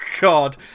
God